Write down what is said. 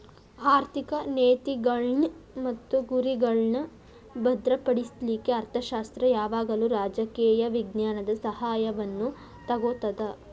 ಆರ್ಥಿಕ ನೇತಿಗಳ್ನ್ ಮತ್ತು ಗುರಿಗಳ್ನಾ ಭದ್ರಪಡಿಸ್ಲಿಕ್ಕೆ ಅರ್ಥಶಾಸ್ತ್ರ ಯಾವಾಗಲೂ ರಾಜಕೇಯ ವಿಜ್ಞಾನದ ಸಹಾಯವನ್ನು ತಗೊತದ